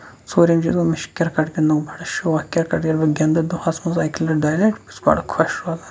ژوٗرِم چیٖز مےٚ چھُ کِرکٹ گِنٛدنُک بَڈٕ شوق کِرکٹ ییٚلہِ بہٕ گِنٛدٕ دۅہَس منٛز اَکہِ لٹہِ دۄیہِ لٹہِ بہٕ چھُس بَڈٕ خۄش روزان